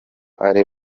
ari